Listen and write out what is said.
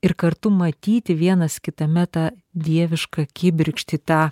ir kartu matyti vienas kitame tą dievišką kibirkštį tą